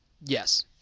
Yes